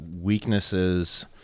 weaknesses